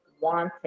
wanting